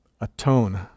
atone